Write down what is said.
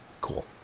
Cool